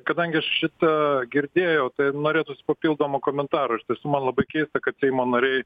kadangi aš šitą girdėjau tai norėtųs papildomo komentaro iš tiesų man labai keista kad seimo nariai